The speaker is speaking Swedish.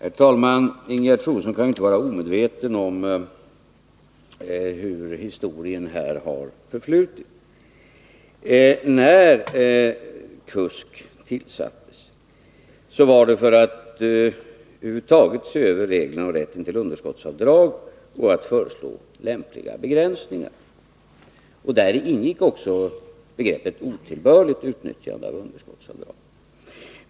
Herr talman! Ingegerd Troedsson kan inte vara omedveten om det historiska förloppet i detta sammanhang. När KUSK tillsattes skedde detta för att man över huvud taget skulle se över reglerna för och rätten till underskottsavdrag samt föreslå lämpliga begränsningar. Däri ingick också begreppet otillbörligt utnyttjande av underskottsavdrag.